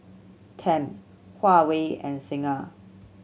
Tempt Huawei and Singha